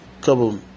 couple